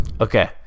Okay